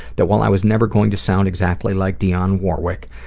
that while i was never going to sound exactly like dionne warwick,